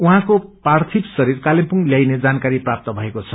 उहाँको पार्थिव शरीर कालेबुङ ल्याइने जानकारी प्राप्त भएको छ